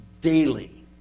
daily